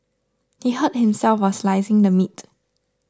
he hurt himself while slicing the meat